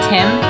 Tim